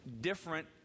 different